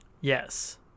Yes